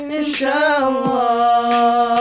inshallah